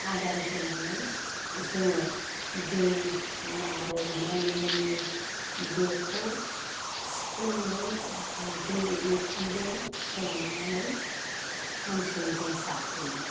आदार होनानै जोङो दै आरो मानिमुनि बेखौ सिफ्लेनानै बिदै ओंखामजों संनानै हांसोनो जों जाहोयो